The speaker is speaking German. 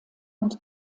und